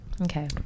Okay